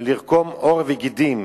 לקרום עור וגידים.